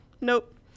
Nope